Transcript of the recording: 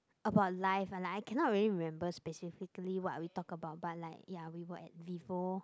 about life but like I can't remember specifically what we talk about but ya we were at Vivo